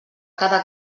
cada